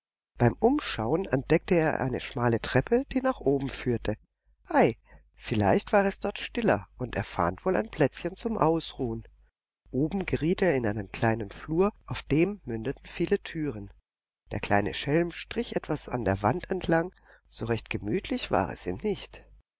beim umschauen entdeckte er eine schmale treppe die nach oben führte ei vielleicht war es dort stiller und er fand wohl ein plätzchen zum ausruhen oben geriet er in einen kleinen flur auf dem mündeten viele türen der kleine schelm schlich etwas an der wand entlang so recht gemütlich war es ihm nicht